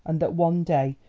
and that one day,